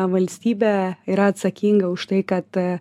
valstybė yra atsakinga už tai kad